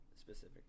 specific